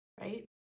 Right